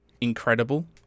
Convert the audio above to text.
incredible